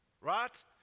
Right